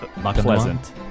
pleasant